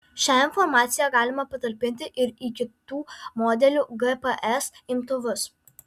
šią informaciją galima patalpinti ir į kitų modelių gps imtuvus